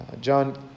John